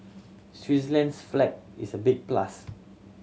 Switzerland's flag is a big plus